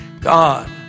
God